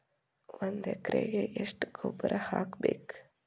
ಒಂದ್ ಎಕರೆಗೆ ಎಷ್ಟ ಗೊಬ್ಬರ ಹಾಕ್ಬೇಕ್?